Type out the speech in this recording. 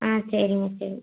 ஆ சரி ஓகே